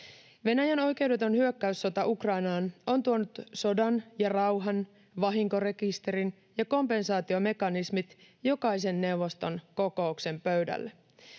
Venäjän oikeudeton hyökkäyssota Ukrainaan on tuonut sodan ja rauhan, vahinkorekisterin ja kompensaatiomekanismit jokaisen neuvoston kokouksen pöydälle.